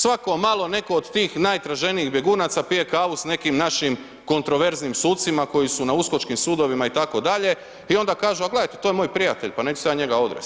Svako malo netko od tih najtraženijih bjegunaca pije kavu sa nekim našim kontroverznim sucima koji su na uskočkim sudovima itd. a onda kažu a gledajte to je moj prijatelj, pa neću se ja njega odreći.